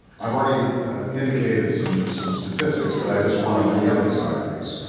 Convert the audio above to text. i've already indicated some some statistics, but i just want to reemphasize these.